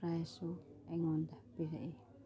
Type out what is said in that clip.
ꯄ꯭ꯔꯥꯏꯁꯁꯨ ꯑꯩꯉꯣꯟꯗ ꯄꯤꯔꯛꯏ